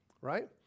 Right